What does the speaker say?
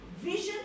vision